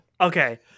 Okay